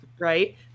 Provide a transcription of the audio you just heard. right